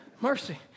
Mercy